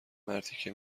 مرتیکه